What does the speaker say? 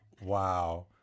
Wow